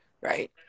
right